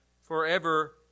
forever